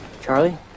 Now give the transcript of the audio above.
Charlie